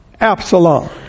Absalom